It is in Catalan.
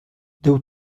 déu